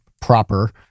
Proper